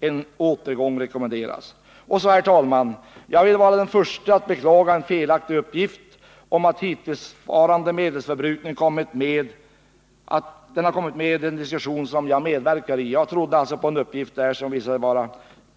var förhållandena helt andra och bättre. En återgång rekommenderas. Herr talman! Jag vill vara den förste att beklaga att en felaktig uppgift om den hittillsvarande medelsförbrukningen kommit med i den diskussion som jag medverkari. Jag trodde alltså på en uppgift där, som senare visade sig vara